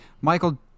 Michael